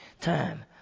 time